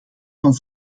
van